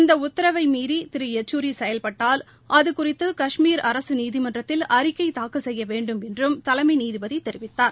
இந்த உத்தரவை மீறி திரு யச்சூரி செயல்பட்டால் அது குறித்து கஷ்மீர் அரசு நீதிமன்றத்தில் அறிக்கை தாக்கல் செய்ய வேண்டுமென்றும் தலைமை நீதிபதி தெரிவித்தார்